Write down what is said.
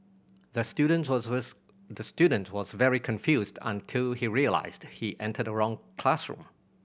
the student was the student was very confused until he realised he entered the wrong classroom